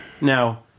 Now